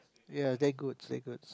ya that good that goods